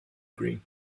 green